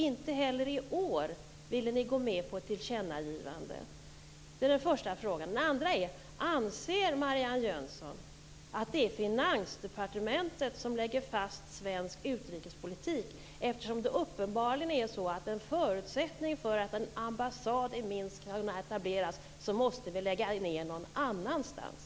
Inte heller i år ville ni gå med på ett tillkännagivande. Det var den första frågan. Den andra är: Anser Marianne Jönsson att det är Finansdepartementet som lägger fast svensk utrikespolitik? Uppenbarligen är ju en förutsättning för att en ambassad i Minsk ska kunna etableras att vi lägger ned en ambassad någon annanstans.